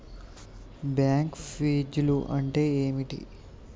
Bank ఫీజ్లు అంటే ఏమిటి?